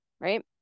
right